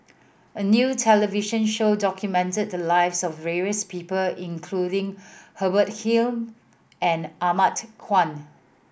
a new television show documented the lives of various people including Hubert Hill and Ahmad Khan